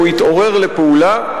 הוא התעורר לפעולה.